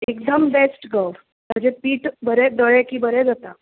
एकदम बेस्ट गोंव ताजे पीठ दळ्ळे की बरे जाता